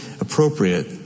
appropriate